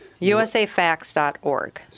USAFacts.org